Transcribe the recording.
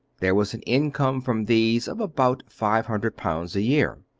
there was an income from these of about five hundred pounds a year.